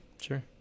Sure